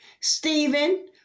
Stephen